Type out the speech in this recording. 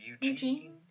Eugene